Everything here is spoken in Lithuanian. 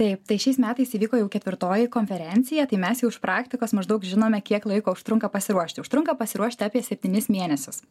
taip tai šiais metais įvyko jau ketvirtoji konferencija tai mes jau iš praktikos maždaug žinome kiek laiko užtrunka pasiruošti užtrunka pasiruošti apie septynis mėnesius